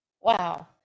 wow